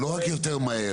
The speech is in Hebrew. זה לא רק יותר מהר,